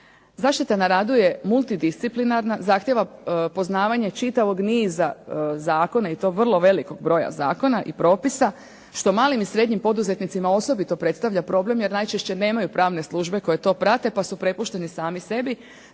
Zaštita na radu je multidisciplinarna, zahtijeva poznavanje čitavog niza zakona i to vrlo velikog broja zakona i propisa što malim i srednjim poduzetnicima osobito predstavlja problem jer najčešće nemaju pravne službe koje to prate, pa su prepušteni sami sebi.